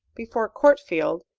before courtfield,